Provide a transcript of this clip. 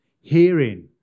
hearing